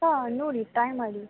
ಹಾಂ ನೋಡಿ ಟ್ರಾಯ್ ಮಾಡಿ